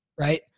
Right